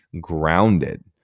grounded